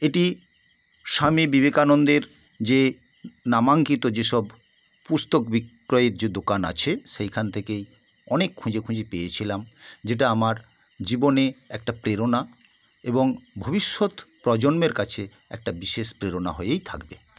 এটি স্বামী বিবেকানন্দের যে নামাঙ্কিত যেসব পুস্তক বিক্রয়ের যে দোকান আছে সেইখান থেকেই অনেক খুঁজে খুঁজে পেয়েছিলাম যেটা আমার জীবনে একটা প্রেরণা এবং ভবিষ্যৎ প্রজন্মের কাছে একটা বিশেষ প্রেরণা হয়েই থাকবে